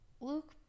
Luke